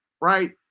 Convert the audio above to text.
right